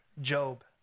Job